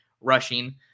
rushing